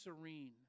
serene